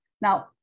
Now